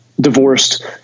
divorced